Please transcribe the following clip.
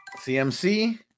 CMC